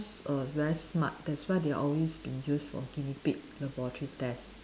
err very smart that's why they're always been used for guinea pig laboratory test